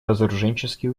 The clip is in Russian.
разоруженческие